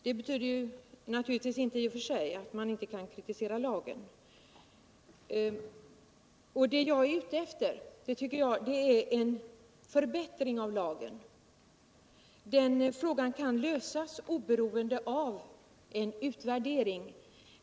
Det betyder naturligtvis inte i och för sig att man inte kan kritisera lagen. Vad jag är ute efter är en förbättring av lagen. Den frågan kan lösas oberoende av en utvärdering.